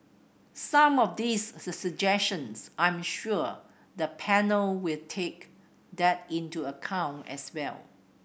some of these suggestions I'm sure the panel will take that into account as well